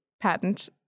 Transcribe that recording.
patent